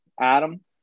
Adam